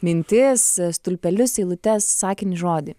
mintis stulpelius eilutes sakinį žodį